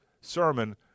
sermon